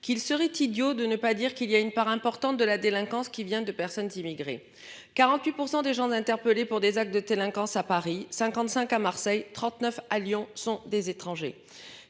qu'il serait idiot de ne pas dire qu'il y a une part importante de la délinquance qui vient de personnes immigrées. 48% des gens interpellés pour des actes de telles hein quand ça Paris 55 à Marseille, 39 à Lyon sont des étrangers.